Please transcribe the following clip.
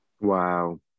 wow